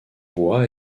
bois